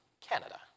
Canada